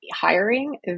hiring